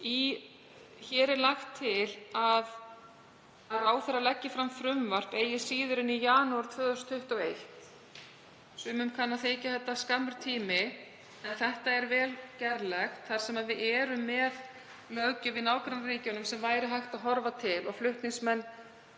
Hér er lagt til að ráðherra leggi fram frumvarp eigi síðar en í janúar 2021. Sumum kann að þykja þetta skammur tími en það er vel gerlegt þar sem við erum með löggjöf í nágrannaríkjunum sem væri hægt að horfa til. Flutningsmenn